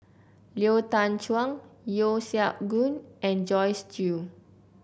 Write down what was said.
Lau Teng Chuan Yeo Siak Goon and Joyce Jue